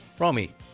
Romy